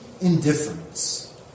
indifference